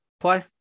play